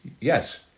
Yes